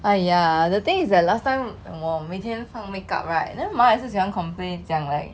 !aiya! the thing is that last time when 我每天放 makeup right then 妈也是喜欢 complain 讲 like